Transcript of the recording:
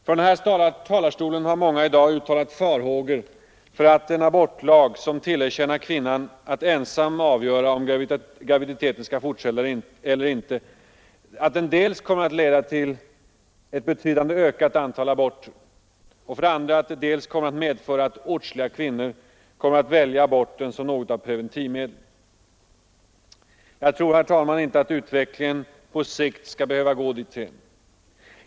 Från denna talarstol har många i dag uttalat farhågor för att en abortlag, som tillerkänner kvinnan att ensam avgöra om graviditeten skall fortsätta eller inte, dels kommer att leda till en betydande ökning av antalet aborter, dels kommer att medföra att åtskilliga kvinnor väljer aborten som något av ett preventivmedel. Jag tror inte att utvecklingen på sikt skall behöva gå dithän.